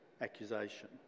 accusation